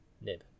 nib